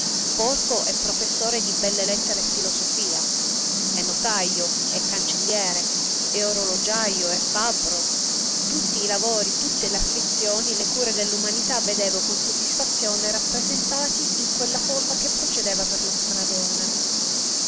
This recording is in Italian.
porco e professore di belle lettere e filosofia e notajo e cancelliere e orologiajo e fabbro tutti i lavori le afflizioni le cure dell'umanità vedevo con soddisfazione rappresentati in quella folla che procedeva per lo stradone